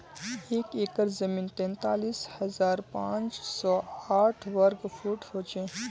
एक एकड़ जमीन तैंतालीस हजार पांच सौ साठ वर्ग फुट हो छे